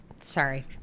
sorry